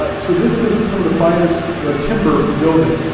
ah so this is some of the finest timber for building,